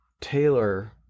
Taylor